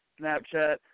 snapchat